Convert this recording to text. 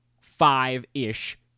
five-ish